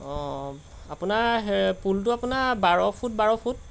অঁ আপোনাৰ হে পুলটো আপোনাৰ বাৰ ফুট বাৰ ফুট